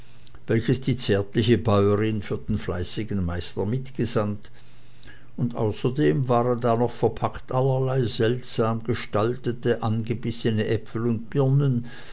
welches die zärtliche bäuerin für den fleißigen meister mitgesandt und außerdem waren da noch verpackt allerlei seltsam gestaltete angebissene äpfel und birnen